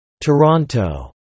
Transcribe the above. Toronto